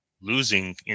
losing